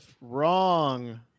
Wrong